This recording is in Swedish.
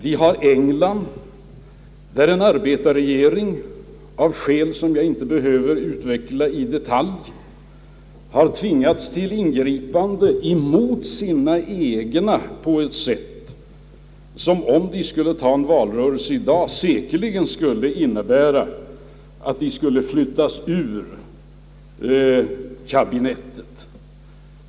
I England har en arbetarregering — av skäl som jag inte behöver utveckla i detalj — tvingats till ingripande mot sina egna på ett sätt som, om labour skulle ta en valrörelse i dag, säkerligen skulle innebära att partiet flyttades ut ur kabinettet.